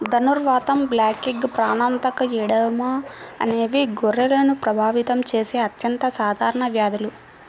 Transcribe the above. ధనుర్వాతం, బ్లాక్లెగ్, ప్రాణాంతక ఎడెమా అనేవి గొర్రెలను ప్రభావితం చేసే అత్యంత సాధారణ వ్యాధులు